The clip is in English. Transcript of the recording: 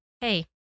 hey